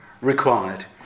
required